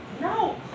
no